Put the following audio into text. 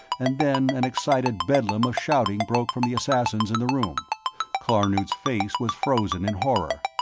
and then an excited bedlam of shouting broke from the assassins in the room klarnood's face was frozen in horror.